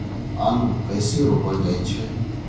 आलू कइसे रोपल जाय छै?